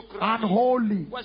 unholy